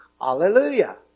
hallelujah